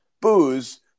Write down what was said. booze